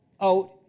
out